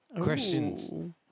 Questions